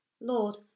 Lord